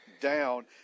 down